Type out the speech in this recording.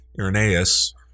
Irenaeus